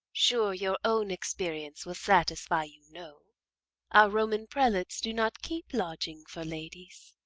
sure, your own experience will satisfy you no our roman prelates do not keep lodging for ladies.